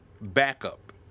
backup